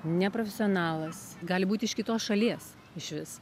neprofesionalas gali būti iš kitos šalies išvis